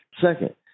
Second